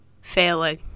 Failing